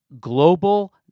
global